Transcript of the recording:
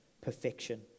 perfection